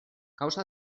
causa